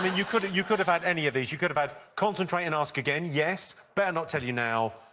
you could you could have had any of these. you could have had, concentrate and ask again, yes, better not tell you now,